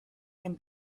can